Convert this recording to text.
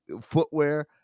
footwear